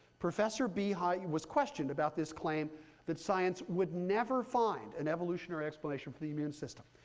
professor behe ah was questioned about this claim that science would never find an evolutionary explanation for the immune system.